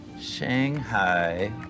Shanghai